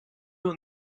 will